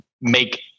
make